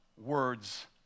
words